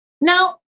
Now